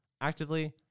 actively